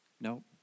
No